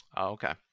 Okay